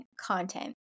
content